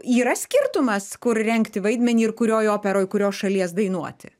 yra skirtumas kur rengti vaidmenį ir kurioj operoj kurios šalies dainuoti